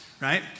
right